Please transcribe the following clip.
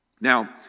Now